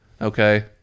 Okay